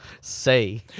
say